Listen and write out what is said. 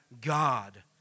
God